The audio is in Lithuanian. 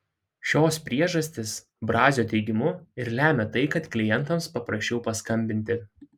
šios priežastys brazio teigimu ir lemia tai kad klientams paprasčiau paskambinti